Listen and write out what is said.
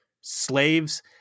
slaves